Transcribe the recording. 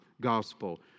gospel